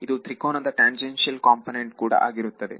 ಇದು ತ್ರಿಕೋನದ ಟಾನ್ಜೆಂಶಿಯಲ್ಕಾಂಪೊನೆನ್ಟ್ ಕೂಡ ಆಗಿರುತ್ತದೆ